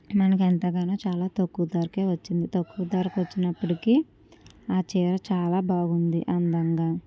మనకు ఎంతగానో చాలా తక్కువ ధరకు వచ్చింది తక్కువ ధరకు వచ్చినప్పటికి ఆ చీర చాలా బాగుంది అందంగా